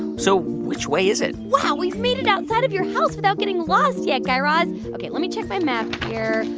so which way is it? wow, we've made it outside of your house without getting lost yet, guy raz. ok, let me check my map here.